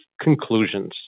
conclusions